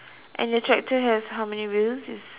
and the tractor has how many wheels is